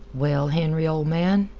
well, henry, ol' man,